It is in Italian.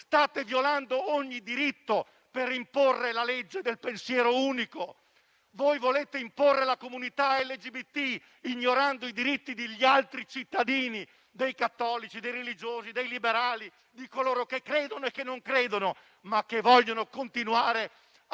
state violando ogni diritto per imporre la legge del pensiero unico. Voi volete imporre la comunità LGBT, ignorando i diritti degli altri cittadini, dei cattolici, dei religiosi, dei liberali, di coloro che credono e che non credono, ma che vogliono continuare a